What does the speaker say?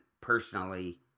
personally